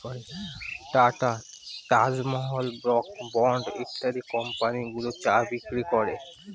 tata, Taj Mahal, Brooke Bond ইত্যাদি company গুলো চা বিক্রি করে